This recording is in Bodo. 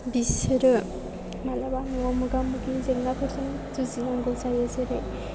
बिसोरो माब्लाबा न'आव मोगा मोगि जेंनाफोरजों जुजिनांगौ जायो जेरै